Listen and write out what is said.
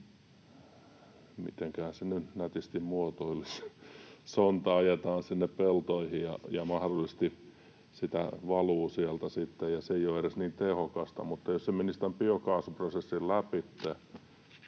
mitenköhän sen nyt nätisti muotoilisi — sonta ajetaan sinne peltoihin ja mahdollisesti sitä valuu sieltä sitten, eikä se ole edes niin tehokasta. Mutta jos se menisi tämän biokaasuprosessin läpi,